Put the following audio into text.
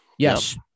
Yes